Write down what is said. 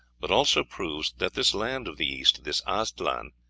but also proves that this land of the east, this aztlan,